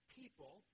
people